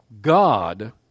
God